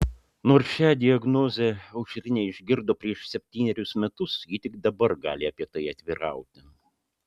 nors šią diagnozę aušrinė išgirdo prieš septynerius metus ji tik dabar gali apie tai atvirauti